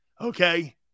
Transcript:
okay